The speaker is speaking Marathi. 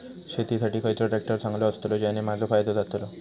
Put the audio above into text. शेती साठी खयचो ट्रॅक्टर चांगलो अस्तलो ज्याने माजो फायदो जातलो?